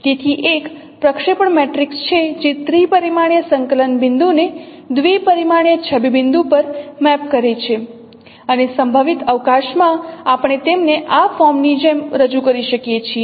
તેથી એક પ્રક્ષેપણ મેટ્રિક્સ છે જે ત્રિપરિમાણીય સંકલન બિંદુને દ્વીપરિમાણીય છબી બિંદુ પર મેપ કરે છે અને સંભવિત અવકાશમાં આપણે તેમને આ ફોર્મની જેમ રજૂ કરી શકીએ છીએ